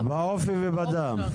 באופי ובדם.